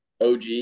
OG